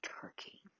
Turkey